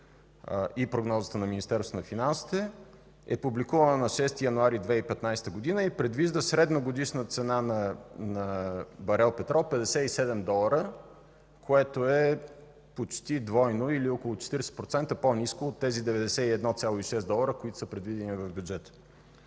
и прогнозата на Министерството на финансите, е публикувана на 6 януари 2015 г. и предвижда средна годишна цена на барел петрол 57 долара, което е почти двойно или около 40% по-ниско от тези 91,6 долара, които са предвидени в бюджета.